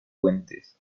puentes